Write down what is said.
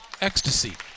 ecstasy